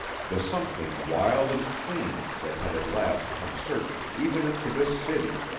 the something wild and clean that had at last come searching even into this city.